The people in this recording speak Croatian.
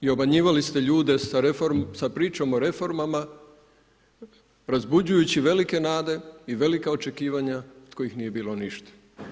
I obmanjivali ste ljude sa pričom o reformama, razbuđujući velike nade i velika očekivanja od kojih nije bilo ništa.